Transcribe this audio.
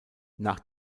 nach